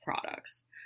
products